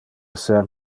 ser